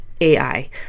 AI